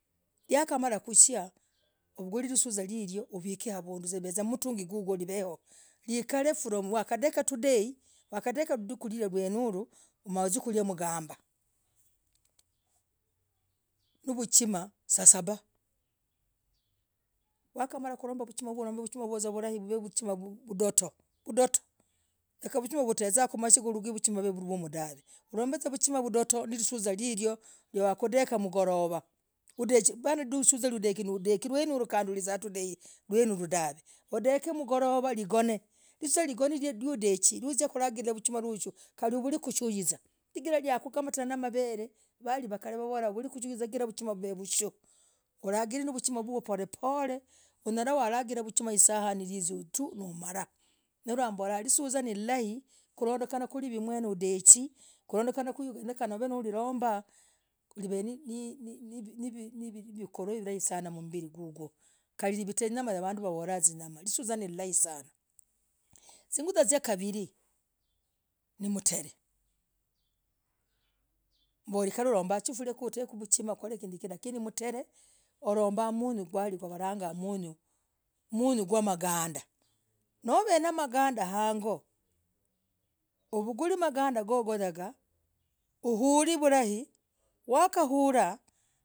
Yakamalah kushiah uvugule lisuzah yovoo mtugii uvik kuv ikakare from leo wakadeka today wakadeka vidikuu liene izaa mauziekuriah mgambah!!!!!!!Novuchimah sasabah wakamalah kulombah vuchimah voo uromb vuchimah vudoto vudoto rekavuchimah na tezaa maigaa vuchimah ligumuu dahv ulomb vuchimah ririyoo na lisuzah wakundeeka ligorovah apana lisuzah undekii rweneurah na kanduu ulizaa kweneurah dahv lisuzah ligonii no dechii nouzia kuria navuchimah vushuu kali uvul kushuzah chigirah yakukamatana namavere vali wakale navalolah uvul kushuzah chigirah vuchimah iv vushuu uragir na vuchimah yoyoyo pole pole unyalah waragilah vuchimah isahani full no mbolah lisuzah nilulaii kurondekanah kuiv mwene undechii kurondekanah ku i've kukilombah leven nivii nivii nivii mikoro vurahi sanah mmbirii gugwoh kalii liveta zinyamah vanduu wavolah zinyamah lisuzah nilulaii sana zuguzah za kavirii nimter mbor kar ulombah chifuria ku tekuu vuchimah lakini mter ulombah kindu kulagaga munyuu gwah magandah noven magandah hang'oo uvugul magandah gogo yagah ule vulai wakaulah.